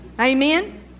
Amen